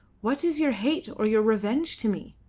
what is your hate or your revenge to me?